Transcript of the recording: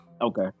Okay